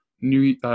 New